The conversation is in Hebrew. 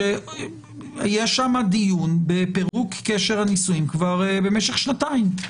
שיש בהם דיון בפירוק קשר הנישואין כבר במשך שנתיים.